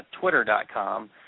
twitter.com